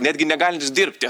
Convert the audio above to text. netgi negalintis dirbti